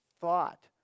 thought